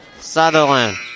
Sutherland